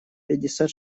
пятьдесят